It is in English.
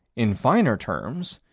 in finer terms,